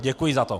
Děkuji za to.